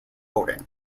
voting